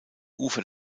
ufer